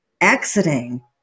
exiting